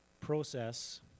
process